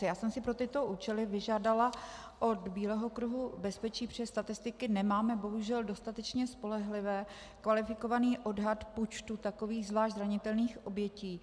Já jsem si pro tyto účely vyžádala od Bílého kruhu bezpečí, protože statistiky nemáme bohužel dostatečně spolehlivé, kvalifikovaný odhad počtu takových zvlášť zranitelných obětí.